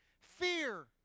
fear